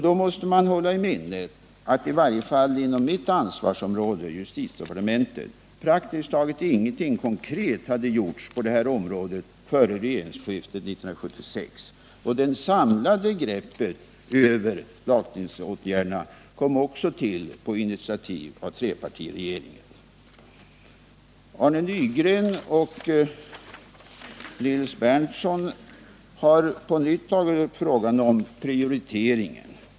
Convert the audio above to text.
Då måste man hålla i minnet att i varje fall inom mitt ansvarsområde, justitiedepartementet, praktiskt taget ingenting konkret hade gjorts på det här området före regeringsskiftet 1976. Det samlade greppet över lagstiftningsåtgärderna kom också till på initiativ av trepartiregeringen. Arne Nygren och Nils Berndtson har på nytt tagit upp frågan om prioriteringen.